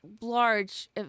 large